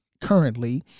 currently